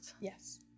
Yes